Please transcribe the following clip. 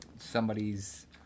somebody's